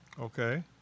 Okay